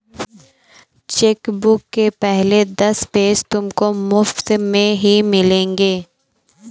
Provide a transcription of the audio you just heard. chequebook के पहले दस पेज तुमको मुफ़्त में ही मिलेंगे